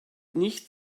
nicht